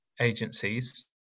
agencies